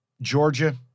Georgia